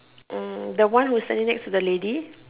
uh the one who is standing next to the lady